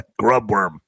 grubworm